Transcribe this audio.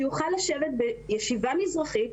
שהוא יכול לשבת בישיבה מזרחית.